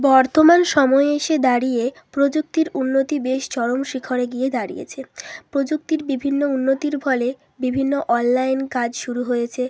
বর্তমান সময়ে এসে দাঁড়িয়ে প্রযুক্তির উন্নতি বেশ চরম শিখরে গিয়ে দাঁড়িয়েছে প্রযুক্তির বিভিন্ন উন্নতির ফলে বিভিন্ন অনলাইন কাজ শুরু হয়েছে